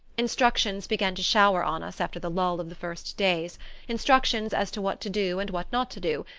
instructions began to shower on us after the lull of the first days instructions as to what to do, and what not to do,